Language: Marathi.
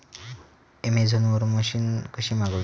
अमेझोन वरन मशीन कशी मागवची?